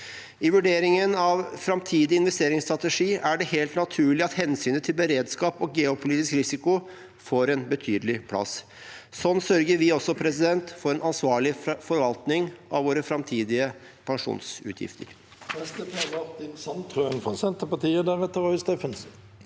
I vurderingen av framtidig investeringsstrategi er det helt naturlig at hensynet til beredskap og geopolitisk risiko får en betydelig plass. Sånn sørger vi også for en ansvarlig forvaltning av våre framtidige pensjonsutgifter.